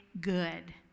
good